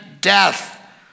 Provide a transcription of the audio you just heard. death